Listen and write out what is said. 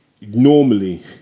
normally